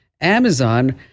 Amazon